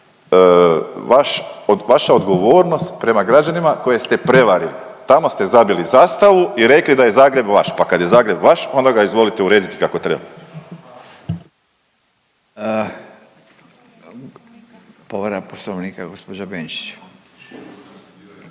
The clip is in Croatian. vaša odgovornost prema građanima koje ste prevarili. Tamo ste zabili zastavu i rekli da je Zagreb vaš pa kad je Zagreb vaš, onda ga izvolite urediti kako treba. **Radin, Furio (Nezavisni)**